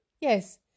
Yes